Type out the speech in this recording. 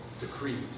decrees